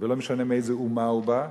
ולא משנה מאיזו אומה הוא בא.